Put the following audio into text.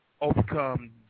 overcome